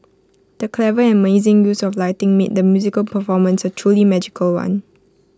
the clever and amazing use of lighting made the musical performance A truly magical one